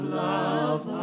love